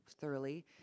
thoroughly